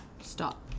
Stop